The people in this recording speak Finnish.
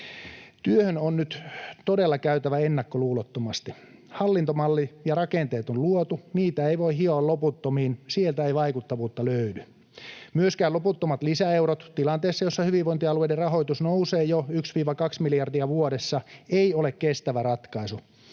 Työhön on nyt todella käytävä ennakkoluulottomasti. Hallintomalli ja ‑rakenteet on luotu. Niitä ei voi hioa loputtomiin, sieltä ei vaikuttavuutta löydy. Myöskään loputtomat lisäeurot tilanteessa, jossa hyvinvointialueiden rahoitus nousee jo 1—2 miljardia vuodessa, ei ole kestävä ratkaisu.